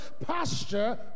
posture